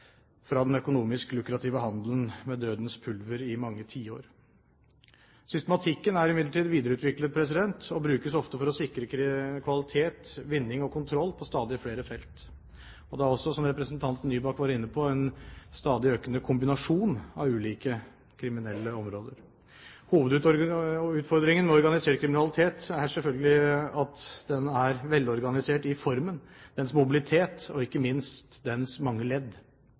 fra den økonomisk lukrative handelen med dødens pulver. Systematikken er imidlertid videreutviklet og brukes ofte for å sikre kvalitet, vinning og kontroll på stadig flere felt. Det er også, som representanten Nybakk var inne på, en stadig økende kombinasjon av ulike kriminelle områder. Hovedutfordringen ved organisert kriminalitet er selvfølgelig at den er velorganisert i formen, dens mobilitet og ikke minst dens mange ledd.